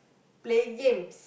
play games